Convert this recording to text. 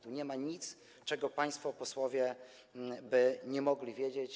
Tu nie ma nic, czego państwo posłowie by nie mogli wiedzieć.